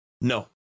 No